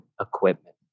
equipment